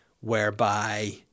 whereby